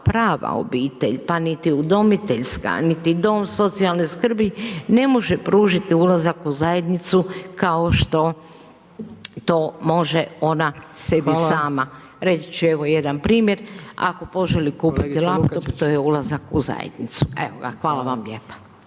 prava obitelj pa niti udomiteljska, niti dom socijalne skrbi ne može pružiti ulazak u zajednicu kao što to može on sebi sama. Reći ću evo jedan primjer, ako poželi kupiti laptop, to je ulazak u zajednicu, evo ga, hvala vam lijepa.